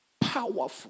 Powerful